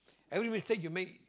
every mistake you make